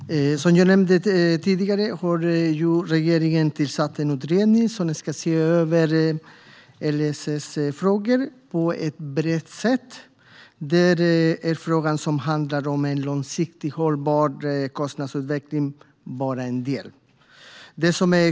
Herr talman! Som jag nämnde tidigare har regeringen tillsatt en utredning som ska se över LSS-frågor på ett brett sätt. Där är frågan om en långsiktigt hållbar kostnadsutveckling bara en del.